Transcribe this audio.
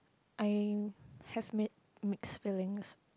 I have mi~ mixed feelings